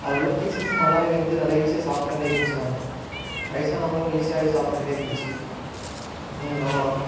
அதில் உள்ள பீஸஸ்ஸும் நல்லாவே வெந்து நல்லா ஈஸியாக சாப்புடுற மாதிரி இருந்திச்சுண்ணா வயசானவங்களும் ஈஸியாகவே சாப்புடுற மாதிரி இருந்துச்சு ம் ஆமாண்ணா